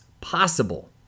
possible